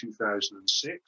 2006